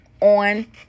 on